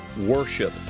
worship